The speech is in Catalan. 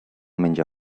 menja